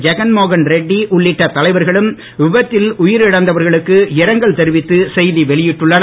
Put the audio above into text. கெதகன்மோகன் ரெட்டி உள்ளிட்ட தலைவர்களும் விபத்தில் உயிரிழந்தவர்களுக்கு இரங்கல் தெரிவித்து செய்தி வெளியிட்டுன்ளனர்